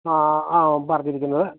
ആ ആ ആ പറഞ്ഞിരിക്കുന്നത്